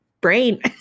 brain